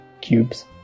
cubes